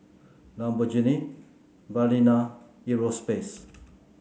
Lamborghini Balina Europace